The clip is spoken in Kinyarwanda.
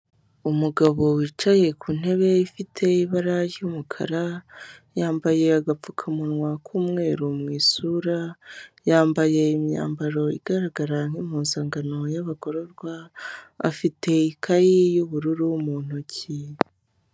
Umugabo wicaye ku ntebe ifite ibara ry'umukara, yambaye agapfukamunwa k'umweru mu isura, yambaye imyambaro igaragara nk'impuzangano y'abagororwa, afite ikayi y'ubururu mu ntoki.